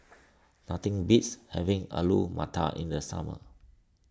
nothing beats having Alu Matar in the summer